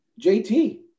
JT